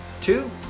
Two